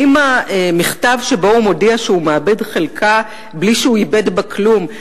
האם המכתב שבו הוא מודיע שהוא מעבד חלקה בלי שהוא עיבד בה כלום,